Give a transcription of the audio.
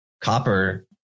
copper